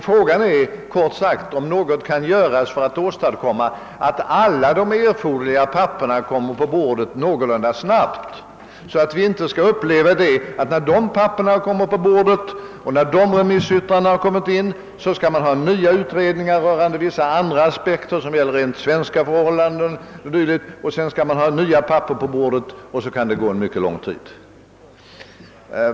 Frågan är, kort sagt, om något kan göras för att åstadkomma att alla de erforderliga papperen kommer på bordet någorlunda snabbt. Eljest kan vi få uppleva den situationen, att när alla remissyttranden väl kommit på bordet, så skall man ha nya utredningar rö rande vissa andra aspekter som gäller rent svenska förhållanden o. d. Då blir det ytterligare papper som skall på bordet, och så går det åter lång tid.